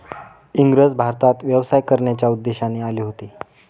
इंग्रज भारतात व्यवसाय करण्याच्या उद्देशाने आले होते